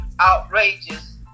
outrageous